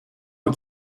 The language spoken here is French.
moi